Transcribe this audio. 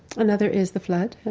another is the flood.